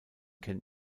can